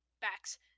backs